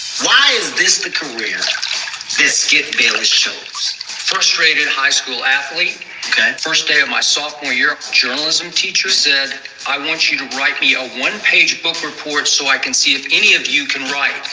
why is this the career this get bailey shows frustrated high school athlete, okay first day of my sophomore year journalism teacher said i want you to write me a one page book report so i can see if any of you can write.